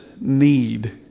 need